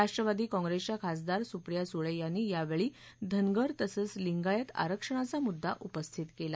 राष्ट्रवादी काँप्रेसच्या खासदार सुप्रिया सुळे यांनी यावेळी धनगर तसंच लिंगायत आरक्षणाचा मुद्दा उपस्थित केला